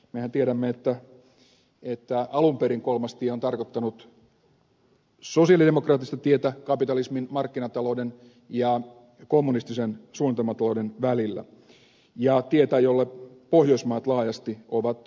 mehän tiedämme että alun perin kolmas tie on tarkoittanut sosialidemokraattista tietä kapitalismin markkinatalouden ja kommunistisen suunnitelmatalouden välillä ja tietä jolle pohjoismaat laajasti ovat suuntautuneet